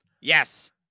Yes